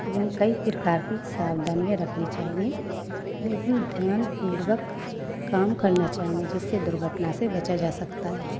एवं कई प्रकार की सावधानियां रखनी चाहिए उतना ध्यानपूर्वक काम करना चाहिए जिससे दुर्घटना से बचा जा सकता है